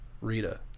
Rita